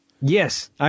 Yes